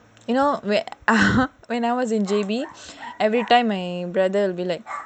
no wait ah when I was in J_B every time my brother will be like